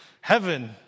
heaven